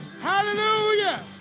Hallelujah